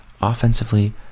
offensively